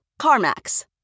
CarMax